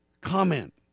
comment